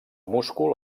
múscul